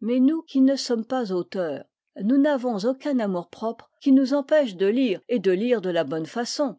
mais nous qui ne sommes pas auteurs nous n'avons aucun amour-propre qui nous empêche de lire et de lire de la bonne façon